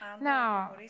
Now